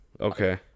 Okay